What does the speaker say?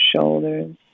shoulders